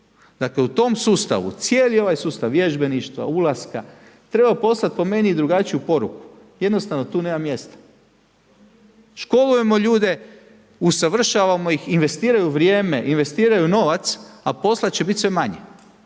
Dakle u tom sustavu, cijeli ovaj sustav vježbeništva, ulaska, treba poslat po meni drugačiju poruku, jednostavno tu nema mjesta. Školujemo ljude, usavršavamo ih, investiraju vrijeme, investiraju novac, a posla će bit sve manje.